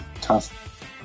Tough